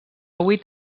vuit